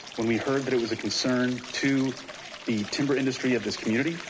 when we heard that it was a concern to the timber industry of this community,